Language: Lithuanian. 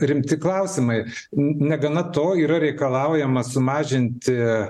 rimti klausimai negana to yra reikalaujama sumažinti